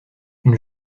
une